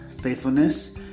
faithfulness